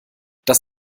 das